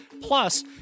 Plus